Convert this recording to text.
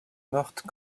morte